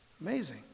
Amazing